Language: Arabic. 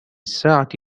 الساعة